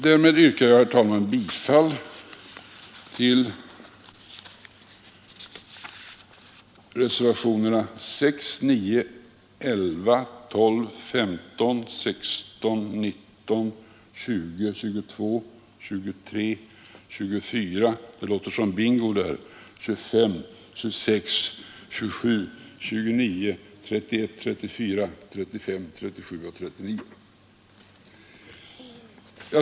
Därmed yrkar jag, herr talman, bifall till reservationerna 6, 9, 11, 12, 15, 16, 19, 20, 22, 23, 24, 25, 26, 27, 29, 31, 34, 35, 37 och 39.